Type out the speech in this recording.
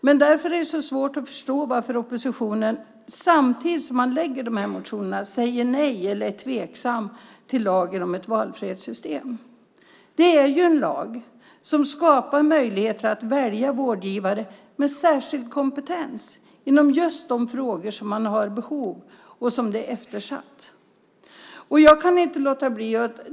Men därför är det så svårt att förstå varför oppositionen, samtidigt som man lägger fram de här motionerna, säger nej eller är tveksam till lagen om ett valfrihetssystem. Det är ju en lag som skapar möjligheter att välja vårdgivare med särskild kompetens inom just de områden där man har behov och som är eftersatta.